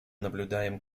наблюдаем